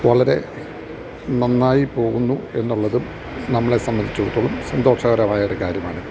വളരെ നന്നായി പോകുന്നുവെന്നുള്ളതും നമ്മളെ സംബന്ധിച്ചിടത്തോളം സന്തോഷകരമായൊരു കാര്യമാണ്